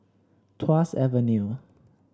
Tuas Avenue